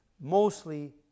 mostly